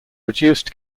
reduced